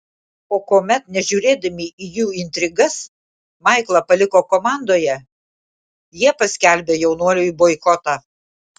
o kuomet nežiūrėdami į jų intrigas maiklą paliko komandoje jie paskelbė jaunuoliui boikotą